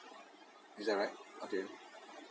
is that right okay